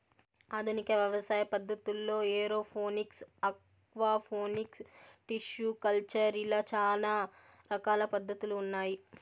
ఆధునిక వ్యవసాయ పద్ధతుల్లో ఏరోఫోనిక్స్, ఆక్వాపోనిక్స్, టిష్యు కల్చర్ ఇలా చానా రకాల పద్ధతులు ఉన్నాయి